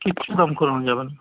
কিচ্ছু দাম কমানো যাবে না